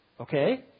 Okay